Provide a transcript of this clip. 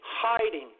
hiding